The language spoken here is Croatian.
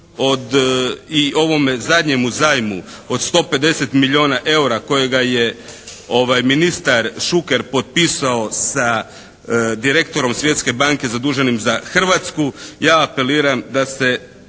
i ovome zadnjemu zajmu od 150 milijuna eura kojega je ministar Šuker potpisao sa direktorom Svjetske banke zaduženim za Hrvatsku ja apeliram da se